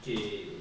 okay